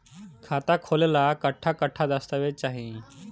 खाता खोले ला कट्ठा कट्ठा दस्तावेज चाहीं?